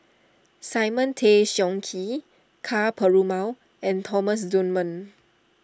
Simon Tay Seong Chee Ka Perumal and Thomas Dunman